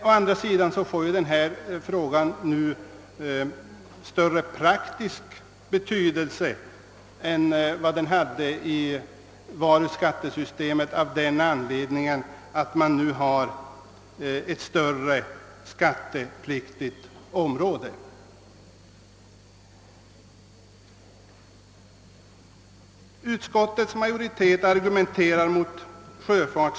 Å andra sidan får saken större praktisk betydelse än den hade i det allmänna varuskattesystemet, eftersom det skattepliktiga området nu är större.